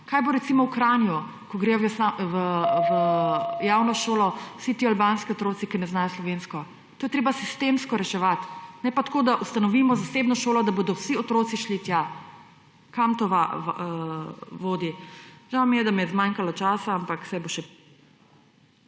Kaj bo, recimo, v Kranju, kjer hodijo v javno šolo vsi ti albanski otroci, ki ne znajo slovensko? To je treba sistemsko reševati, ne pa tako, da ustanovimo zasebno šolo, da bodo vsi otroci šli tja. Kam to vodi? Žal mi je, da mi je zmanjkalo časa, ampak saj bo še